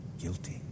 guilty